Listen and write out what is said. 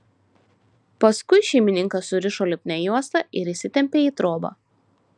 paskui šeimininką surišo lipnia juosta ir įsitempė į trobą